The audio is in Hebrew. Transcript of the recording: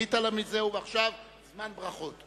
ועכשיו זמן ברכות.